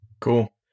Cool